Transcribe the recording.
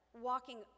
walking